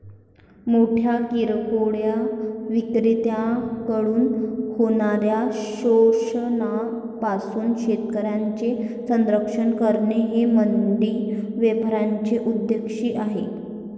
मोठ्या किरकोळ विक्रेत्यांकडून होणाऱ्या शोषणापासून शेतकऱ्यांचे संरक्षण करणे हे मंडी व्यवस्थेचे उद्दिष्ट आहे